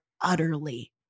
utterly